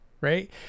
right